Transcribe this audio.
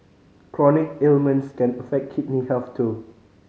chronic ailments can affect kidney health too